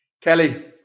Kelly